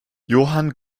johann